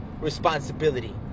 responsibility